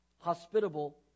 hospitable